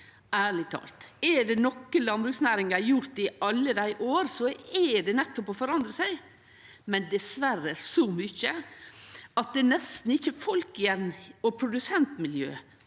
Ærleg talt – er det noko landbruksnæringa har gjort i alle år, er det nettopp å forandre seg, men dessverre så mykje at det nesten ikkje er folk og produsentmiljø